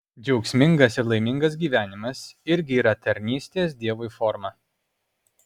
džiaugsmingas ir laimingas gyvenimas irgi yra tarnystės dievui forma